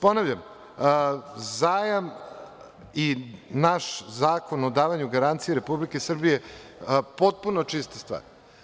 Ponavljam, zajam i naš Zakon o davanju garancija Republike Srbije, potpuno čisti stvar.